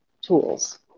tools